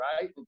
right